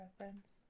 reference